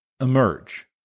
emerge